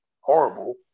horrible